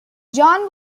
john